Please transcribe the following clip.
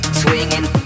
swinging